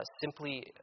simply